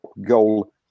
goal